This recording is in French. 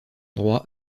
droit